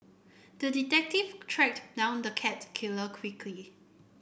the detective tracked down the cat killer quickly